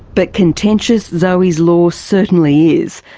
but contentious zoe's law certainly is.